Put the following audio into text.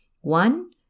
One